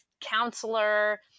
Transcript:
counselor